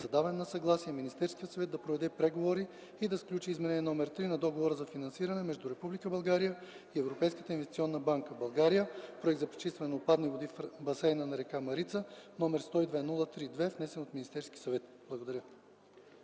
за даване на съгласие Министерският съвет да проведе преговори и да сключи Изменение № 3 на Договора за финансиране между Република България и Европейската инвестиционна банка (България – проект за пречистване на отпадъчни води в басейна на река Марица), № 102-03-2, внесен от Министерския съвет.” Благодаря.